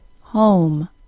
home